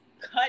cut